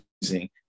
using